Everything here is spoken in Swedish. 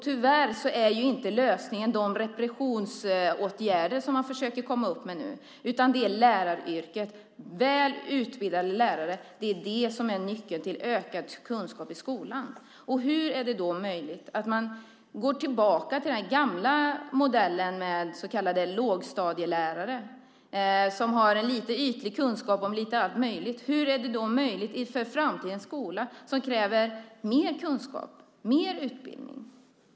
Tyvärr är inte lösningen de förslag till repressiva åtgärder som man lägger fram nu. Det är väl utbildade lärare som är nyckeln till ökad kunskap i skolan. Hur är det möjligt att gå tillbaka till den gamla modellen med lågstadielärare med lite ytlig kunskap om allt möjligt? Hur är det möjligt inför framtidens skola som kräver mer kunskap och mer utbildning?